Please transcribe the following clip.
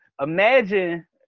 imagine